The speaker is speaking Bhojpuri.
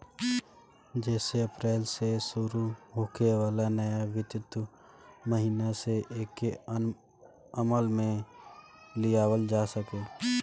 जेसे अप्रैल से शुरू होखे वाला नया वित्तीय महिना से एके अमल में लियावल जा सके